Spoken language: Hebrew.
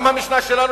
גם המשנה שלנו,